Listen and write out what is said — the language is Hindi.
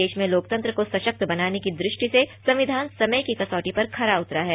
देश में लोकतंत्र को सरावत बनाने की दृष्टि से संविधान समय की कसीटी पर खरा उतरा है